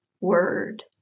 word